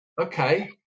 okay